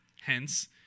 Hence